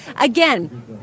again